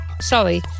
sorry